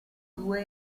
due